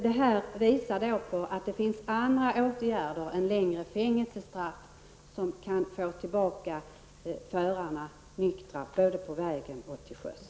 Detta visar att det finns andra åtgärder än längre fängelsestraff som kan få förarna nyktra både på vägarna och till sjöss.